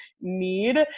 need